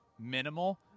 minimal